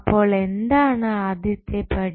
അപ്പോൾ എന്താണ് ആദ്യത്തെ പടി